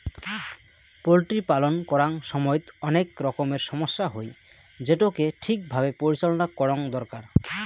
poultry পালন করাং সমইত অনেক রকমের সমস্যা হই, যেটোকে ঠিক ভাবে পরিচালনা করঙ দরকার